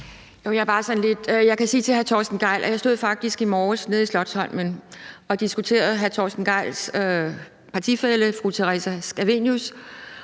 Jeg kan sige til hr. Torsten Gejl, at jeg faktisk stod i morges nede på Slotsholmen og diskuterede med hr. Torsten Gejls partifælle fru Theresa Scavenius,